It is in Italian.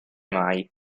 mai